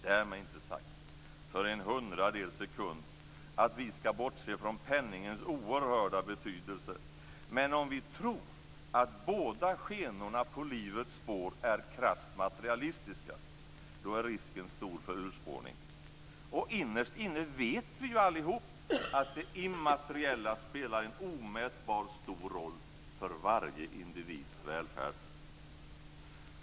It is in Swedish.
Därmed inte sagt att vi för en hundradels sekund skall bortse från penningens oerhörda betydelse. Men om vi tror att båda skenorna på livets spår är krasst materialistiska, är risken stor för urspårning. Innerst inne vet vi ju allihop att det immateriella spelar en omätbart stor roll för varje individs välfärd.